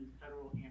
federal